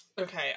okay